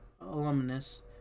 alumnus